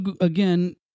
again